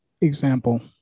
example